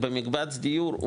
ובמקבץ דיור,